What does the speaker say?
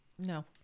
No